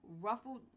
ruffled